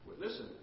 Listen